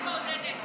אני מעודדת.